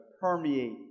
permeate